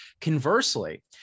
Conversely